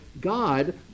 God